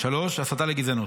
3. הסתה לגזענות.